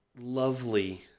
lovely